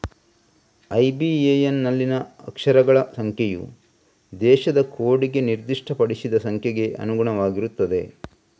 IBAN ನಲ್ಲಿನ ಅಕ್ಷರಗಳ ಸಂಖ್ಯೆಯು ದೇಶದ ಕೋಡಿಗೆ ನಿರ್ದಿಷ್ಟಪಡಿಸಿದ ಸಂಖ್ಯೆಗೆ ಅನುಗುಣವಾಗಿರುತ್ತದೆ